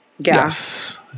Yes